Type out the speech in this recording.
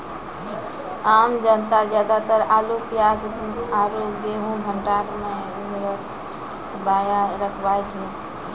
आम जनता ज्यादातर आलू, प्याज आरो गेंहूँ भंडार मॅ रखवाय छै